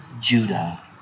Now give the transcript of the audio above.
Judah